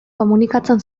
komunikatzen